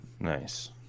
Nice